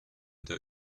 der